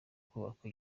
kubakwa